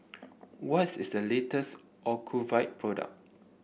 what's is the latest Ocuvite product